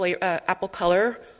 apple-color